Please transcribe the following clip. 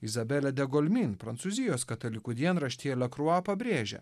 izabelė degolmin prancūzijos katalikų dienraštyje le krua pabrėžia